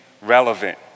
relevant